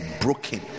broken